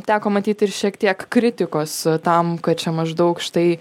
teko matyt ir šiek tiek kritikos tam kad čia maždaug štai